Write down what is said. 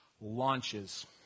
launches